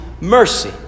mercy